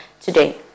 today